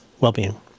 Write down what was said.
well-being